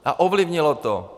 A ovlivnilo to.